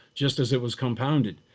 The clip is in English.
just as it was compounded.